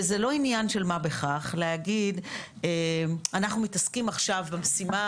וזה לא עניין של מה בכך להגיד: אנחנו מתעסקים עכשיו במשימה